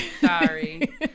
Sorry